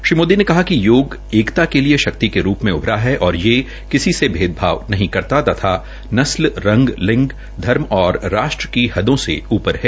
श्री मोदी ने कहा कि योग एकता के लिए शक्ति के रूप में उभरा है और किसी से भेदभाव नहीं करता तथा नस्ल रंग लिंग धर्म और राष्ट्र ही हदों से ऊपर है